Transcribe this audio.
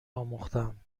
آموختهام